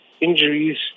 injuries